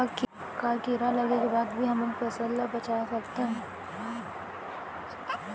का कीड़ा लगे के बाद भी हमन फसल ल बचा सकथन?